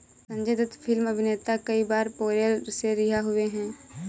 Sanjay Dutt film अभिनेता कई बार पैरोल से रिहा हुए हैं